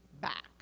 back